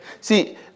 See